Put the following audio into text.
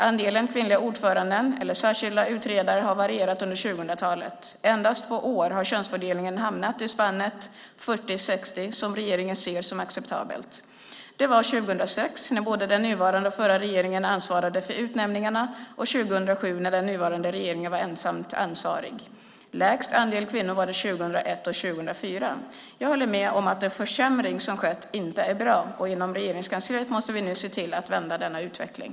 Andelen kvinnliga ordförande eller särskilda utredare har varierat under 2000-talet. Endast under två år har könsfördelningen hamnat i spannet 40-60, som regeringen ser som acceptabelt. Det var 2006, när både den nuvarande och förra regeringen ansvarade för utnämningarna, och 2007, när den nuvarande regeringen var ensamt ansvarig. Lägst andel kvinnor var det 2001 och 2004. Jag håller med om att den försämring som har skett inte är bra, och inom Regeringskansliet måste vi nu se till att vända denna utveckling.